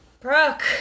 Brooke